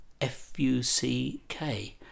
F-U-C-K